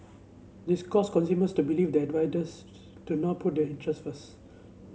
this caused consumers to believe that riders do not put their interests first